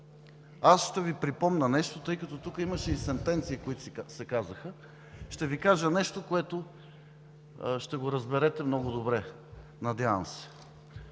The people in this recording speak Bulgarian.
ще Ви припомня нещо, тъй като тук имаше и сентенции, които се казаха. Ще Ви кажа нещо, което ще разберете много добре, надявам се.